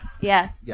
Yes